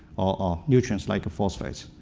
ah nutrients like phosphates.